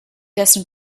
dessen